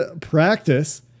practice